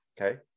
Okay